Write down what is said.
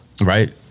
right